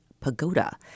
pagoda